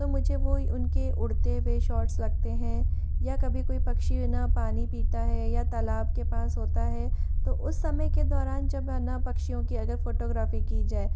तो मुझे वो उनके उड़ते हुए शॉट्स लगते हैं या कभी कोई पक्षी ना पानी पीता है या तालाब के पास होता है तो उस समय के दौरान जब है ना पक्षियों की अगर फ़ोटोग्राफी की जाए